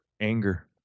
Anger